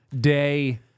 day